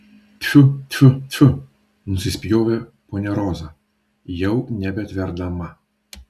tfiu tfiu tfiu nusispjovė ponia roza jau nebetverdama